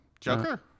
Joker